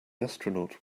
astronaut